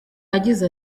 yagize